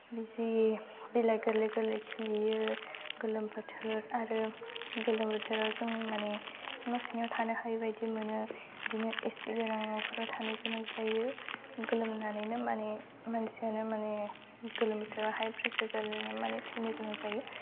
बिदि बिलाइ गोरलै गोरलै खिलियो गोलोम बोथोराव आरो गोलोम बोथोराव जों माने न' सिङाव थानो हायि बायदि मोनो इदिनो एसि गोनां न'फोराव थानो गोनां जायो गोलोमनानै माने मानसियानो माने गोलोम बोथोराव हाइप्रेसार जानानै माने थैनो गोनां जायो